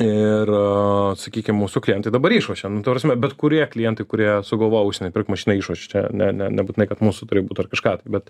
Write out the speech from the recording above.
ir sakykim mūsų klientai dabar išlošia nu ta prasme bet kurie klientai kurie sugalvoja užsieny pirkt mašiną išlošia čia ne ne nebūtinai kad mūsų turi būt ar kažką tai bet